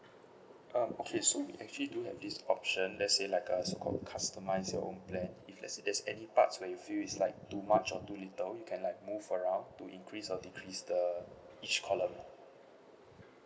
um okay so we actually do have this option let's say like a so called customise your own plan if let's say there's any parts where you feel is like too much or too little you can like move around to increase or decrease the each column